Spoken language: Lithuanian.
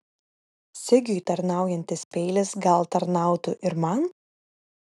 sigiui tarnaujantis peilis gal tarnautų ir man